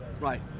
Right